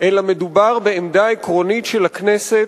אלא מדובר בעמדה עקרונית של הכנסת,